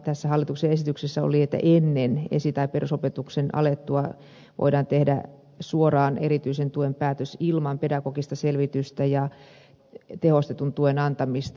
tässä hallituksen esityksessä oli että ennen esi tai perusopetuksen alkamista voidaan tehdä suoraan erityisen tuen päätös ilman pedagogista selvitystä ja tehostetun tuen antamista